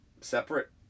Separate